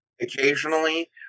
Occasionally